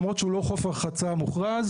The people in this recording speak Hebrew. למרות שהוא לא חוף רחצה מוכרז,